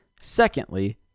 Secondly